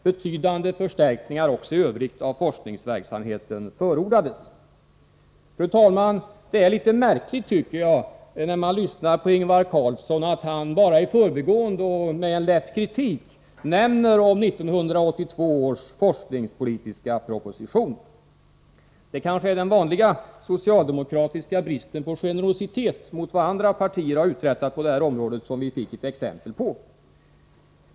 Betydande förstärkningar av forskningsverksamheten förordades. Fru talman! Det är litet märkligt, tycker jag när jag lyssnar på Ingvar Carlsson, att han bara i förbigående och med en lätt kritik nämner 1982 års forskningspolitiska proposition. Det kanske är den vanliga socialdemokratiska bristen på generositet mot vad andra partier har uträttat på detta område som vi fick ett exempel på.